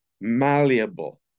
malleable